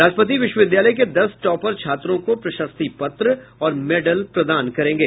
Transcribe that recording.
राष्ट्रपति विश्वविद्यालय के दस टॉपर छात्रों को प्रशस्ति पत्र और मेडल प्रदान करेंगे